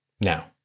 Now